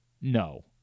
no